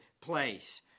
place